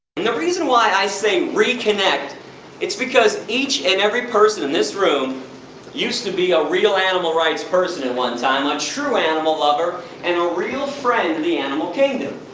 and the reason why i say re-connect it's because each and every person in this room used to be a real animal rights person at one time, a true animal lover, and a real friend to the animal kingdom.